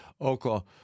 Oklahoma